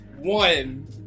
One